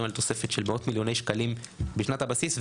על תוספת של מאות מיליוני שקלים בשנת הבסיס,